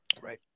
Right